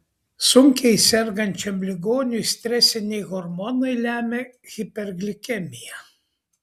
sunkiai sergančiam ligoniui stresiniai hormonai lemia hiperglikemiją